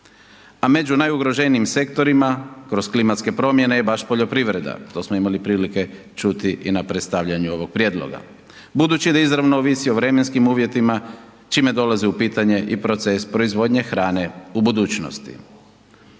A među najugroženijim sektorima kroz klimatske promjene je baš poljoprivreda, to smo imali prilike čuti i na predstavljanju ovog prijedloga. Budući da izravno ovisi o vremenskim uvjetima, čime dolazi u pitanje i proces proizvodnje hrane u budućnosti.